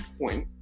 point